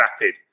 RAPID